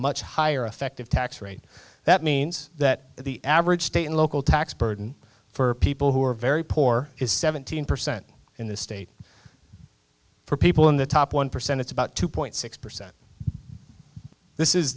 much higher effective tax rate that means that the average state and local tax burden for people who are very poor is seventeen percent in the state for people in the top one percent it's about two point six percent this is